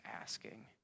asking